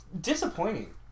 Disappointing